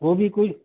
گوبھی کوئی